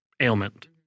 ailment